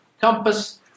Compass